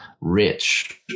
rich